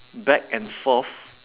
back and forth